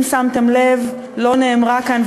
אם שמתם לב לא נאמרה כאן,